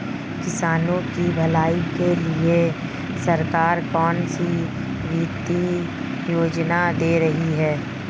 किसानों की भलाई के लिए सरकार कौनसी वित्तीय योजना दे रही है?